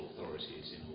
authorities